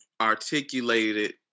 articulated